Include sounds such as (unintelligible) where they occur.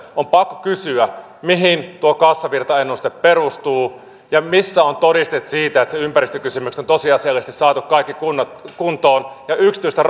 on pakko kysyä mihin tuo kassavirtaennuste perustuu ja missä ovat todisteet siitä että ympäristökysymykset on tosiasiallisesti saatu kaikki kuntoon kuntoon yksityistä (unintelligible)